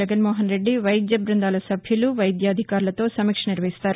జగన్మోహన్ రెడ్డి వైద్య బృందాల సభ్యులు వైద్య అధికారులతో సమీక్ష నిర్వహిస్తారు